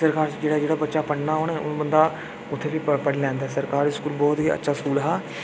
सरकारी स्कूल जेह्ड़ा जेह्ड़ा बच्चा पढ़ना उन्ना बंदा उत्थैं बी पढ़ी लैंदा सरकारी स्कूल बहुत ही अच्छा स्कूल हा